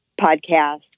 podcast